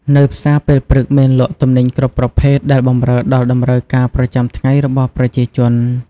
នៅផ្សារពេលព្រឹកមានលក់ទំនិញគ្រប់ប្រភេទដែលបម្រើដល់តម្រូវការប្រចាំថ្ងៃរបស់ប្រជាជន។